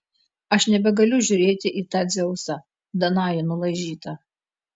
aš nebegaliu žiūrėti į tą dzeusą danajų nulaižytą